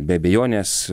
be abejonės